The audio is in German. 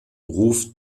ruf